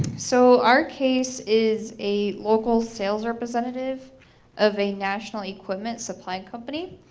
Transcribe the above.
so our case is a local sales representative of a national equipments supply company.